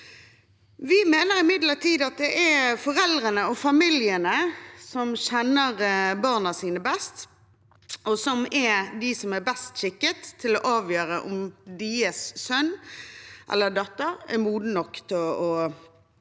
Vi mener imidlertid at det er foreldrene og familiene som kjenner barna sine best, og som er de som er best skikket til å avgjøre om deres sønn eller datter er moden nok og klar